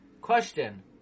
Question